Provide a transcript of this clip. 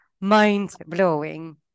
mind-blowing